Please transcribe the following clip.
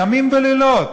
ימים ולילות.